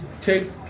take